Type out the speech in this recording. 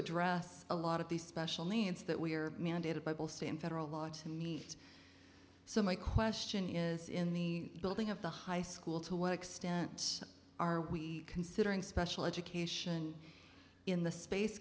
address a lot of these special means that we are mandated by both state and federal law to meet so my question is in the building of the high school to what extent are we considering special education in the space